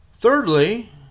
Thirdly